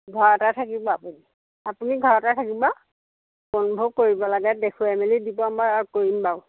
ঘৰতে থাকিব আপুনি আপুনি ঘৰতে থাকিব কোনভো কৰিব লাগে দেখুৱাই মেলি দিব মই কৰিম বাৰু